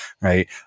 right